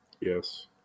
Yes